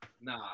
nah